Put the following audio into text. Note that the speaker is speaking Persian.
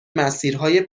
مسیرهای